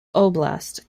oblast